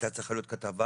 הייתה צריכה להיות כתבה